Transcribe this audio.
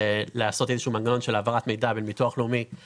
חוב מסים של מישהו ונקזז את זה ממענק העבודה שאנחנו רוצים